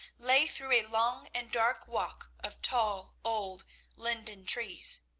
lay through a long and dark walk of tall old linden trees.